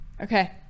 Okay